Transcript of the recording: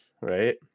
Right